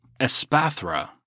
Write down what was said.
Espathra